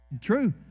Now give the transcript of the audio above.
True